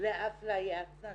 לאפליית נשים,